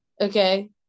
okay